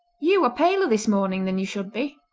you are paler this morning than you should be.